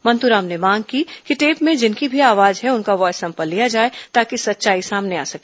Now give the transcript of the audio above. मंतूराम ने मांग की कि टेप में जिनकी भी आवाज है उनका वॉयस सैंपल लिया जाए ताकि सच्चाई सामने आ सके